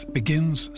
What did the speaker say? begins